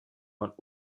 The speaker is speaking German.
man